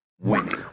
Winning